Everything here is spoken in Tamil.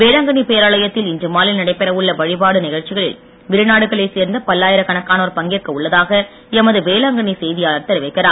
வேளாங்கண்ணி பேராலயத்தில் இன்று மாலை நடைபெற உள்ள வழிபாட்டு வெளிநாடுகளைச் நிகழ்ச்சியில் சேர்ந்த பல்லாயிரக்கணக்கானோர் பங்கேற்க உள்ளதாக எமது வேளாங்கண்ணி செய்தியாளர் தெரிவிக்கிறார்